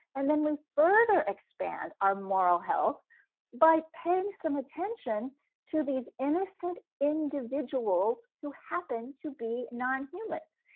and then we further expand our moral health by paying some attention to these innocent individuals who happen to be non-humans.